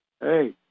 Hey